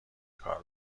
کار